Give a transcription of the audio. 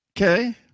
Okay